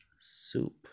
Soup